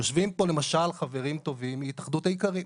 יושבים פה למשל חברים טובים מהתאחדות האיכרים.